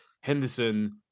Henderson